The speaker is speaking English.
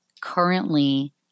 currently